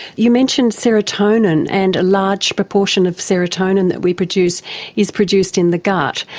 you mentioned serotonin, and a large proportion of serotonin that we produce is produced in the gut,